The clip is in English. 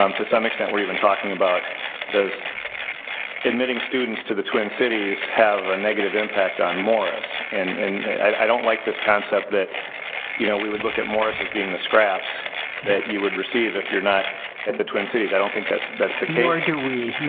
um to some extent, we're even talking about does admitting students to the twin cities have a negative impact on morris? and i don't like this concept that you know we would look at morris as being the scraps that you would receive if you're not at the twin cities. i don't think that's that's the case. nor do we.